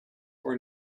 were